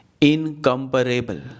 incomparable